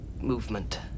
movement